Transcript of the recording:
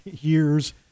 years